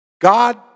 God